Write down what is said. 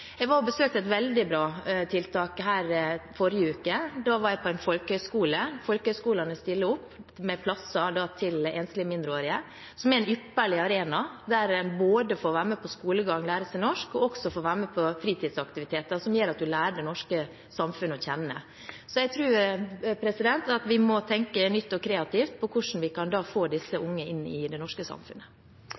Jeg besøkte et veldig bra tiltak i forrige uke. Da var jeg på en folkehøgskole. Folkehøgskolene stiller opp med plasser til enslige mindreårige, som er en ypperlig arena der de både får skolegang og lære seg norsk og får være med på fritidsaktiviteter, som gjør at de lærer det norske samfunnet å kjenne. Så jeg tror at vi må tenke nytt og kreativt på hvordan vi kan få disse unge inn i det norske samfunnet.